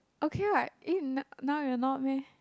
okay what eh now you are not meh